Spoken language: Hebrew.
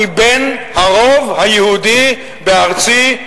אני בן הרוב היהודי בארצי,